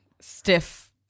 stiff